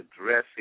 addressing